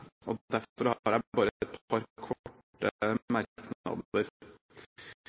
Derfor har jeg bare et par korte